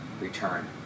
return